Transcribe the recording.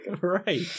Right